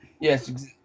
Yes